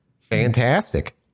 Fantastic